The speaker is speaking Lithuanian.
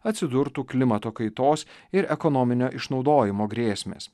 atsidurtų klimato kaitos ir ekonominio išnaudojimo grėsmės